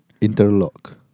Interlock